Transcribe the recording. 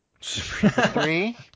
three